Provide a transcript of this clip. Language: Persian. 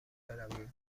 برویم